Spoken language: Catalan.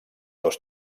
dos